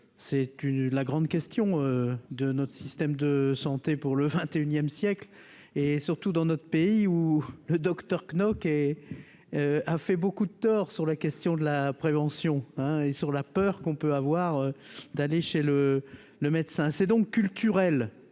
une la grande question de notre système de santé pour le XXIe siècle, et surtout dans notre pays où le Docteur Knock et a fait beaucoup de tort sur la question de la prévention, hein, et sur la peur qu'on peut avoir d'aller chez le le médecin c'est donc culturelles